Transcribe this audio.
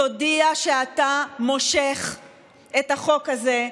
תודיע שאתה מושך את החוק הזה,